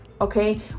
okay